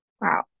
wow